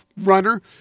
runner